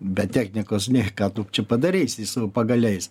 be technikos nei ką tu čia padarysi su pagaliais